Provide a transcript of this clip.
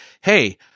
hey